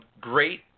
great